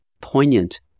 poignant